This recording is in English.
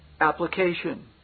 Application